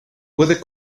puede